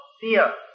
fear